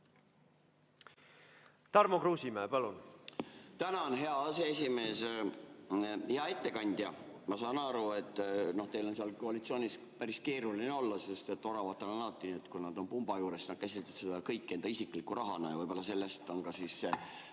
Tarmo Kruusimäe, palun!